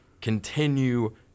continue